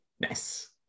Nice